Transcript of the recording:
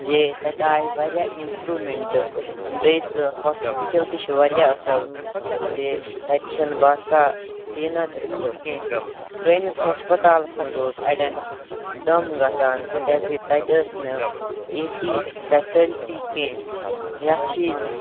زِ تَتہِ آے واریاہ اِمپرٛوٗمٮ۪نٛٹہٕ بیٚیہِ سُہ ہاسپِٹَل تہِ چھُ واریاہ أصٕل زِ تَتہِ چھِنہٕ باسان ژینا تیوٗت کینٛہہ پرٛٲنِس ہَسپَتالَس منٛز اوس اَڑٮ۪ن دَم گژھان کیٛازِکہِ تَتہِ ٲس نہٕ اے سی یِچ فیسلٹی کینٛہہ یَتھ ہِوِس